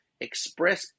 Express